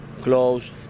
close